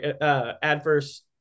adverse